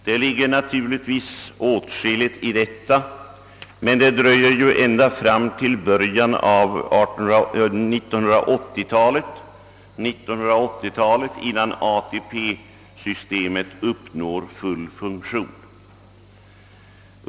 Det ligger naturligtvis åtskilligt i detta, men det dröjer ju ända fram till början av 1980-talet innan detta system uppnår full funktion.